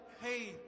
hey